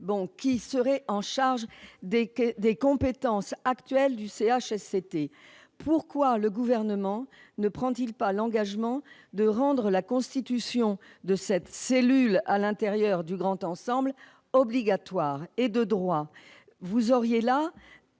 qui serait en charge des compétences actuelles du CHSCT. Pourquoi le Gouvernement ne prend-il pas l'engagement de rendre la constitution de cette cellule à l'intérieur du grand ensemble obligatoire et de droit ? Les objectifs